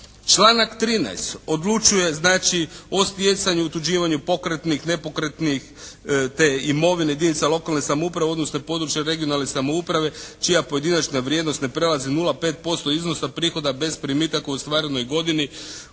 Članak 13. odlučuje znači o stjecanju i otuđivanju pokretnih, nepokretnih te imovine jedinica lokalne samouprave odnosno područne (regionalne) samouprave čija pojedinačna vrijednost ne prelazi 0,5% iznosa prihoda bez primitaka u ostvarenoj godini